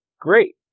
great